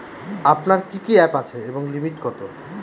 আপনাদের কি কি অ্যাপ আছে এবং লিমিট কত?